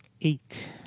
Eight